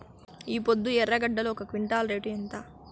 ఈపొద్దు ఎర్రగడ్డలు ఒక క్వింటాలు రేటు ఎంత?